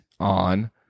on